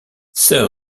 sir